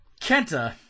Kenta